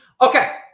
Okay